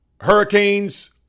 Hurricanes